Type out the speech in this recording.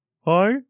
Hi